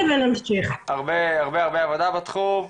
יש הרבה הרבה עבודה בתחום.